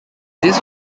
this